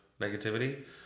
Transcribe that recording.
negativity